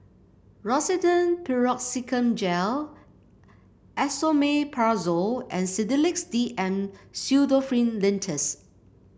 Rosiden Piroxicam Gel Esomeprazole and Sedilix DM Pseudoephrine Linctus